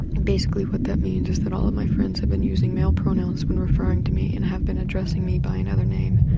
and basically what that means that all of my friends have been using male pronouns when referring to me and have been addressing me by another name.